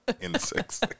Insects